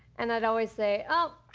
and i'd always say oh,